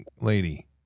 lady